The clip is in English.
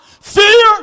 Fear